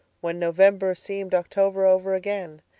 when november seemed october over again,